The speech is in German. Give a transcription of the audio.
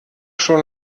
schon